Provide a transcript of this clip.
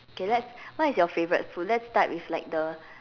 okay let's what is your favourite food let's start with like the